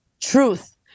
truth